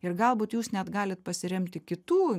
ir galbūt jūs net galit pasiremti kitų